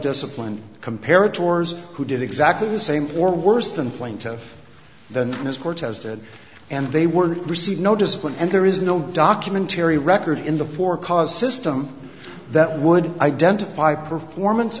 discipline compared to yours who did exactly the same or worse than plaintiff than his cortez did and they were received no discipline and there is no documentarian record in the for cause system that would identify performance